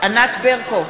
ענת ברקו,